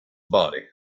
body